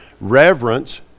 reverence